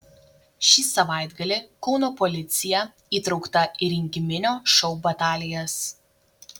šį savaitgalį kauno policija įtraukta į rinkiminio šou batalijas